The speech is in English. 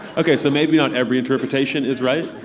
okay, so maybe not every interpretation is right,